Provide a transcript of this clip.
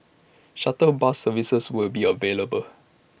shuttle bus services will be available